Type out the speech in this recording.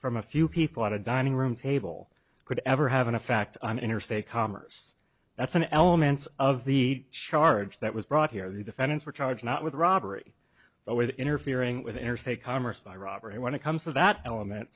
from a few people on a dining room table could ever have an effect on interstate commerce that's an element of the charge that was brought here the defendants were charged not with robbery but with interfering with interstate commerce by robbery when it comes to that element